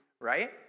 right